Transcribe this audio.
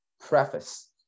preface